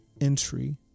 entry